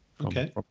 Okay